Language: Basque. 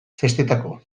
festetako